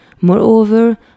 moreover